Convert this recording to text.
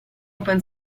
open